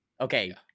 okay